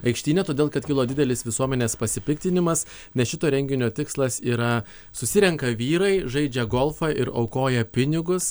aikštyne todėl kad kilo didelis visuomenės pasipiktinimas nes šito renginio tikslas yra susirenka vyrai žaidžia golfą ir aukoja pinigus